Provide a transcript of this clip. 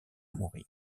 mourir